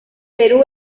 perú